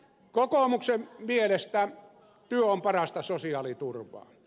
kokoomuksen mielestä työ on parasta sosiaaliturvaa